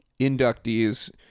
inductees